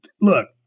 look